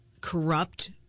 corrupt